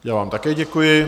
Já vám také děkuji.